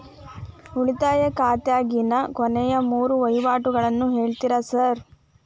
ಉಳಿತಾಯ ಖಾತ್ಯಾಗಿನ ಕೊನೆಯ ಮೂರು ವಹಿವಾಟುಗಳನ್ನ ಹೇಳ್ತೇರ ಸಾರ್?